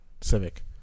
Civic